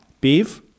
Beef